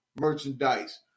merchandise